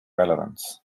relevance